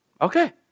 Okay